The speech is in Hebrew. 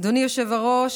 אדוני היושב-ראש,